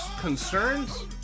concerns